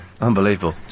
Unbelievable